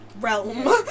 realm